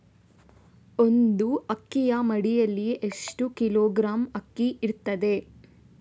ಒಂದು ಅಕ್ಕಿಯ ಮುಡಿಯಲ್ಲಿ ಎಷ್ಟು ಕಿಲೋಗ್ರಾಂ ಅಕ್ಕಿ ಇರ್ತದೆ?